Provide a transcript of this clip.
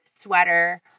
sweater